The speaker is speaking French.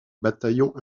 bataillons